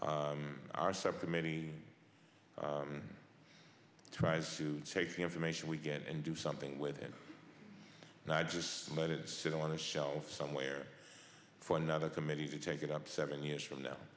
our separate many tries to take the information we get and do something with it not just let it sit on the shelf somewhere for another committee to take it up seven years from now